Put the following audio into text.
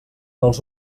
els